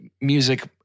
music-